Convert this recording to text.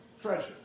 treasure